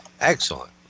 Excellent